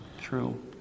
True